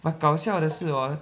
but 搞笑的是 hor